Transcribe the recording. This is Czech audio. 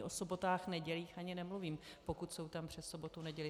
O sobotách, nedělích ani nemluvím, pokud jsou tam přes sobotu, neděli.